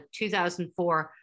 2004